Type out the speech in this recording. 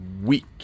week